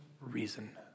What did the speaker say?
reason